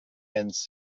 and